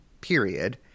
period